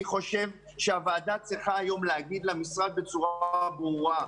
אני חושב שהוועדה צריכה להגיד היום למשרד בצורה ברורה: